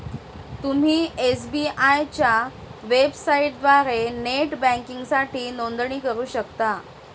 तुम्ही एस.बी.आय च्या वेबसाइटद्वारे नेट बँकिंगसाठी नोंदणी करू शकता